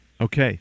okay